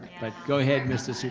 but go ahead mr. so